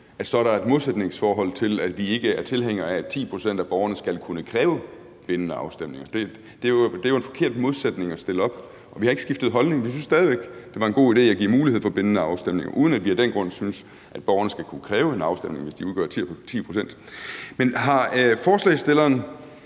så er et modsætningsforhold mellem det, og at vi ikke er tilhængere af, at 10 pct. af borgerne skal kunne kræve bindende afstemninger. Det er jo en forkert modsætning at stille op, og vi har ikke skiftet holdning. Vi synes stadig væk, det var en god idé at give mulighed for bindende afstemninger, uden at vi af den grund synes, at borgerne skal kunne kræve en afstemning, hvis dem, der ønsker en afstemning,